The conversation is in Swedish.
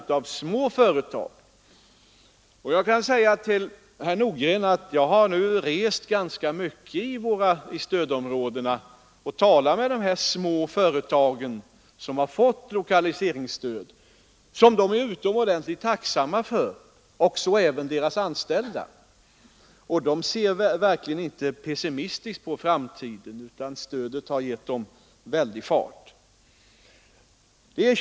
Till herr Nordgren vill jag säga att jag har rest ganska mycket i stödområdena och talat med de små företag som fått lokaliseringsstöd. De är utomordentligt tacksamma för detta stöd, och det är även deras anställda. De ser verkligen inte pessimistiskt på framtiden, utan stödet har gett en god fart åt företagen.